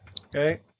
Okay